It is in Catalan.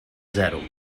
zero